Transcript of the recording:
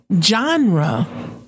genre